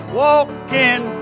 walking